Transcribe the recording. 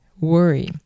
worry